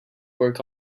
work